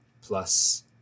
plus